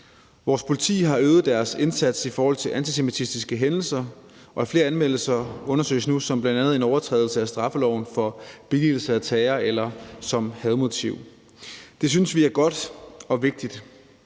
Vores politi har øget deres indsats i forhold til antisemitiske hændelser, og flere anmeldelser undersøges nu bl.a. som en overtrædelse af straffeloven ved billigelse af terror eller som at have et hadmotiv. Det synes vi er godt og vigtigt.